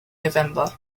november